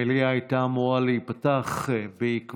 המליאה הייתה אמורה להיפתח בעקבות